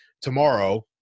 tomorrow